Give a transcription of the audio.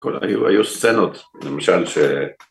‫היו סצנות, למשל ש...